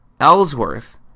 Ellsworth